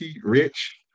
Rich